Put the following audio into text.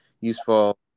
useful